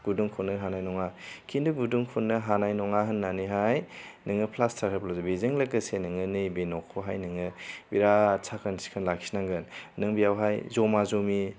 गुदुं खुरनो हानाय नङा खिन्थु गुदुं खुरनो हानाय नङा होन्नानैहाय नोङो फ्लास्टार होब्लाबो बेजों लोगोसे नोङो नैबे न'खौहाय नोङो बिराद साखोन सिखोन लाखि नांगोन नों बेवहाय ज'मा ज'मि